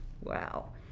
Wow